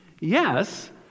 Yes